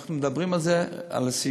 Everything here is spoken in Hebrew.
שאנחנו מדברים על סיעוד.